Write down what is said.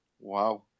Wow